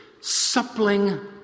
suppling